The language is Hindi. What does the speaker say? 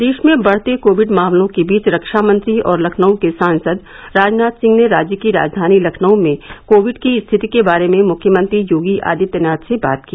प्रदेश में बढ़ते कोविड मामलों के बीच रक्षा मंत्री और लखनऊ के सांसद राजनाथ सिंह ने राज्य की राजधानी लखनऊ में कोविड की स्थिति के बारे में मुख्यमंत्री योगी आदित्यनाथ से बात की